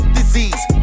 disease